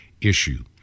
issue